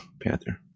Panther